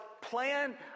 plan